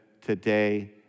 today